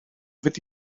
fynd